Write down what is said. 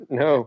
no